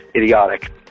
idiotic